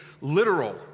literal